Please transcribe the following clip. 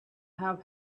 have